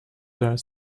that